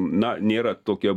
na nėra tokia